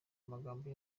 magambo